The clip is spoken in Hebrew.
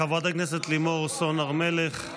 חברת הכנסת לימור סון הר מלך,